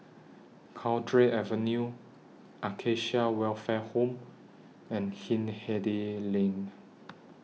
Cowdray Avenue Acacia Welfare Home and Hindhede Lane